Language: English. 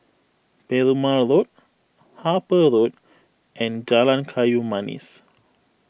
Perumal Road Harper Road and Jalan Kayu Manis